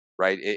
Right